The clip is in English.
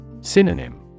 Synonym